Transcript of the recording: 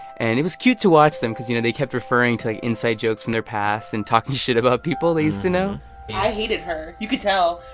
and it was cute to watch them because, you know, they kept referring to, like, inside jokes from their past and talking shit about people they used to know i hated her. you could tell.